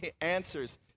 answers